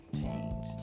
change